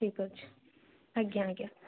ଠିକ୍ ଅଛି ଆଜ୍ଞା ଆଜ୍ଞା